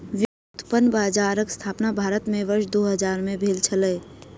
व्युत्पन्न बजारक स्थापना भारत में वर्ष दू हजार में भेल छलै